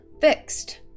fixed